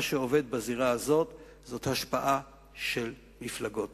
מה שעובד בזירה הזאת, זאת השפעה של מפלגות.